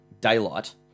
Daylight